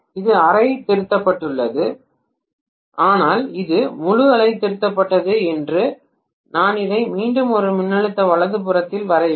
இது அரை அலை திருத்தப்பட்டது ஆனால் இது முழு அலை திருத்தப்பட்டது நான் இதை மீண்டும் ஒரு மின்னழுத்த வலதுபுறத்தில் வரைய வேண்டும்